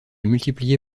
multiplié